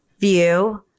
view